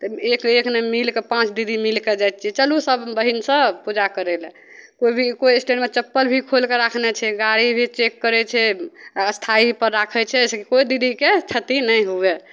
तैमे एक ना एक मिल कऽ पाँच दीदी मिल कऽ जाइ छियै चलु सब बहिन सब पूजा करय लए कोइ भी कोइ एस्टेंडमे चप्पल भी खोलि कऽ राखने छै गाड़ी भी चेक करय छै स्थाइपर राखय छै से कोइ दीदीके क्षति नहि होवय